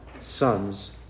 sons